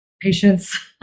patience